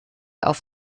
auf